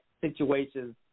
situations –